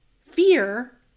fear